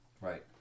Right